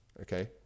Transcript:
okay